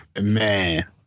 Man